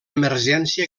emergència